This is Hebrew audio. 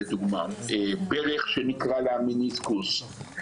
לדוגמה: ברך שנקרע לה המיניסקוס,